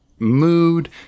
mood